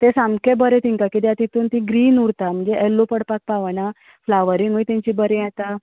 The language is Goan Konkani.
तें सामकें बरें तेंकां कित्याक तितून तीं ग्रीन उरता म्हणजे येल्लो पडपाक पावना फ्लावरूय तेंची बरें जाता